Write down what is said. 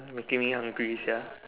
making me hungry sia